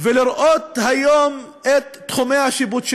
ולראות היום את תחומי השיפוט שלהם.